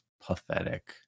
pathetic